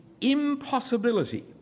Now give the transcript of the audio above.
impossibility